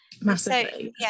Massively